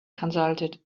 consulted